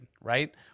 right